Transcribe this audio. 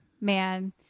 man